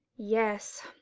yes,